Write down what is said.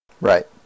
Right